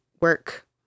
work